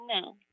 No